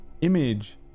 image